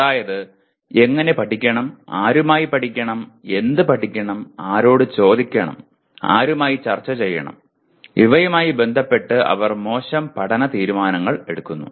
അതായത് എങ്ങനെ പഠിക്കണം ആരുമായി പഠിക്കണം എന്ത് പഠിക്കണം ആരോട് ചോദിക്കണം ആരുമായി ചർച്ച ചെയ്യണം ഇവയുമായി ബന്ധപ്പെട്ട് അവർ മോശം പഠന തീരുമാനങ്ങൾ എടുക്കുന്നു